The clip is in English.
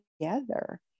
together